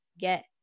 get